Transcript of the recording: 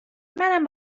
منم